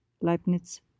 Leibniz